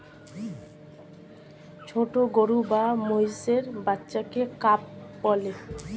ছোট গরু বা মহিষের বাচ্চাকে কাফ বলে